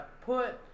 put